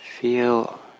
feel